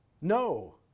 no